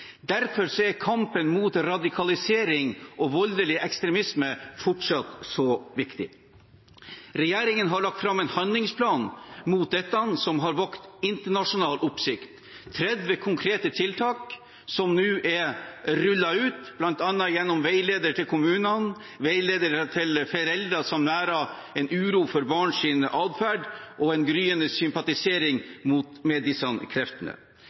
er kampen mot radikalisering og voldelig ekstremisme fortsatt så viktig. Regjeringen har lagt fram en handlingsplan mot dette, som har vakt internasjonal oppsikt – 30 konkrete tiltak, som nå er rullet ut, bl.a. gjennom veiledere til kommunene, veiledere til foreldre som føler en uro for sine barns adferd når det gjelder en gryende sympatisering med disse kreftene.